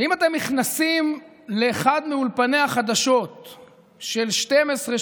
שאם אתם נכנסים לאחד מאולפני החדשות של 12,